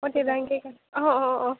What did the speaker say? অঁ দেবাঙ্গী অঁ অঁ অঁ